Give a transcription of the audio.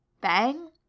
Bang